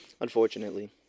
unfortunately